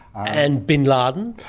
and bin laden.